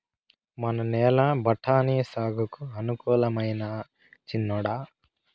మన నేల బఠాని సాగుకు అనుకూలమైనా చిన్నోడా